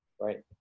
right